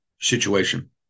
situation